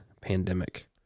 pandemic